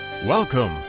Welcome